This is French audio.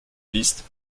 pistes